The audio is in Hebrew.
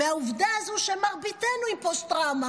מהעובדה הזאת שמרביתנו עם פוסט-טראומה,